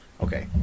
okay